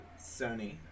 sony